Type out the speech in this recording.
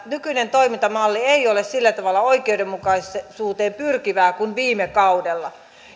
nykyinen toimintamalli ei ole sillä tavalla oikeudenmukaisuuteen pyrkivää kuin viime kaudella